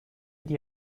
die